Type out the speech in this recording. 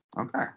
okay